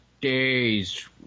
days